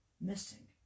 missing